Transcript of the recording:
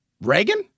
Reagan